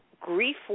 grief